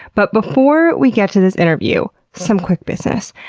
but before we get to this interview, some quick business.